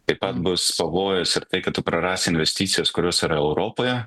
taip pat bus pavojus ir tai kad tu prarasi investicijas kurios yra europoje